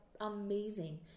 amazing